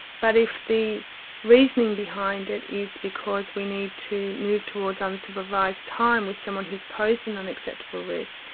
but if the reasoning behind it is because we need to move towards unsupervised time with someone who's posed an unacceptable risk,